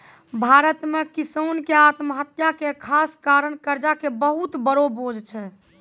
भारत मॅ किसान के आत्महत्या के खास कारण कर्जा के बहुत बड़ो बोझ छै